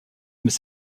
mais